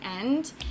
end